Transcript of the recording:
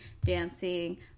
dancing